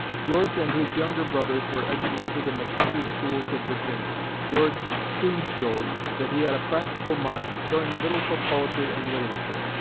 george and his younger brothers were educated in the country schools of virginia. george soon showed that he had a practical mind, caring little for poetry and literature.